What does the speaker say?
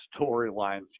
storylines